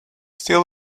still